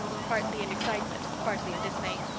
partly in excitement, partly in dismay.